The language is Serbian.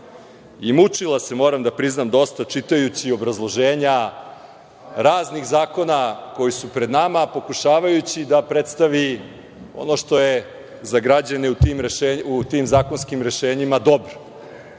Vlade. Mučila se moram da priznam, dosta, čitajući obrazloženja raznih zakona koji su pred nama pokušavajući da predstavi ono što je za građanima u tim zakonskim rešenjima dobro.